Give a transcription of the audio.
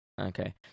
okay